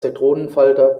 zitronenfalter